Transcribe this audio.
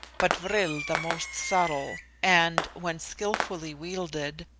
but vril the most subtle, and, when skilfully wielded,